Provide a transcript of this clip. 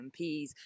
MPs